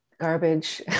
garbage